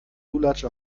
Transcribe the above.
lulatsch